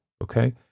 Okay